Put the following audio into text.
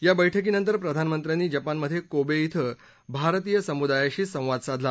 या बैठकीनंतर प्रधानमंत्र्यांनी जपानमधे कोबे क्रि भारतीय समुदायाशी संवाद साधला